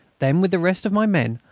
then, with the rest of my men,